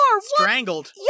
Strangled